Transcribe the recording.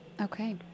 okay